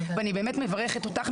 אני מברכת אותך,